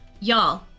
y'all